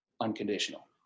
unconditional